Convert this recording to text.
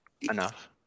enough